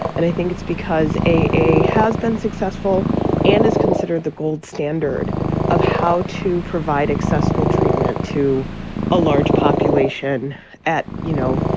and i think it's because a a has been successful and is considered the gold standard of how to provide accessible treatment to a large population at, you know,